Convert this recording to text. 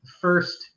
First